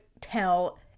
tell